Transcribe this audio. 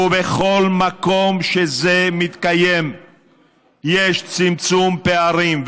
ובכל מקום שזה מתקיים יש צמצום פערים,